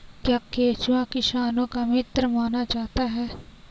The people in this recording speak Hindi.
क्या केंचुआ किसानों का मित्र माना जाता है?